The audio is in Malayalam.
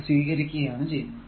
ഇത് സ്വീകരിക്കുകയാണ് ചെയ്യുന്നത്